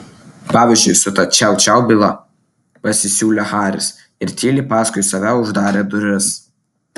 pavyzdžiui su ta čiau čiau byla pasisiūlė haris ir tyliai paskui save uždarė duris